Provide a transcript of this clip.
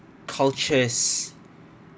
cultures